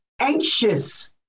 anxious